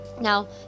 now